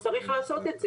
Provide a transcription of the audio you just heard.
אז צריך לעשות את זה.